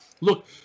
look